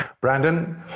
Brandon